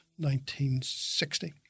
1960